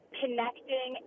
connecting